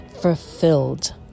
fulfilled